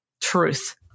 Truth